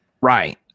Right